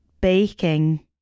baking